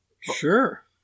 Sure